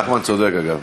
נחמן צודק, אגב.